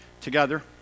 together